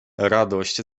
radość